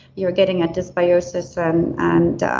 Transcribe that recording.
you're getting a dysbiosis and and